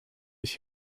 ich